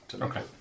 Okay